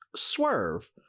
Swerve